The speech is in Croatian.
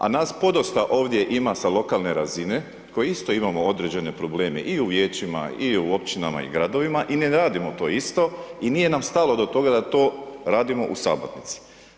A nas podosta ovdje ima sa lokalne razine, koji isto imamo određene probleme i u vijećima i u općinama i gradovima i ne radimo to isto i nije nam stalo do toga da to radimo u sabornici.